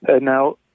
Now